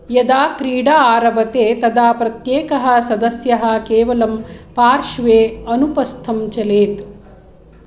यदा क्रीडा आरभते तदा प्रत्येकः सदस्यः केवलं पार्श्वे अनुप्रस्थं चलेत्